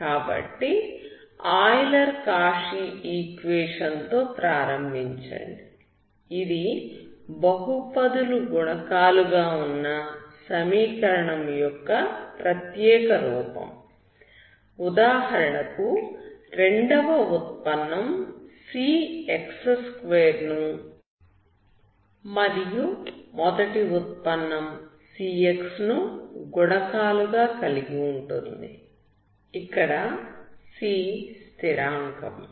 కాబట్టి Euler Cauchy equation తో ప్రారంభించండి ఇది బహుపదులు గుణకాలుగా ఉన్న సమీకరణం యొక్క ప్రత్యేక రూపం ఉదాహరణకు రెండవ ఉత్పన్నం cx2 ను మరియు మొదటి ఉత్పన్నం cx ను గుణకాలు గా కలిగి ఉంటుంది ఇక్కడ c స్థిరాంకం